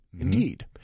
Indeed